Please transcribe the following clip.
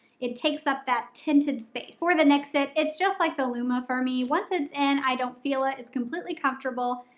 it takes up that tinted space. for the nixit, it's just like the lumma for me. once it's in, and i don't feel it, is completely comfortable.